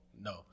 No